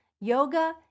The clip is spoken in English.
Yoga